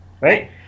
right